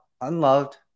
unloved